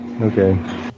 okay